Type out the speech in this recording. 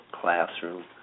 classroom